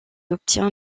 obtient